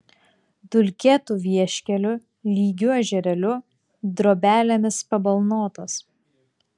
dulkėtu vieškeliu lygiu ežerėliu drobelėmis pabalnotas